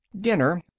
Dinner